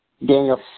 Daniel